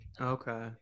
Okay